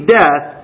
death